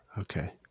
Okay